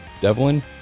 Devlin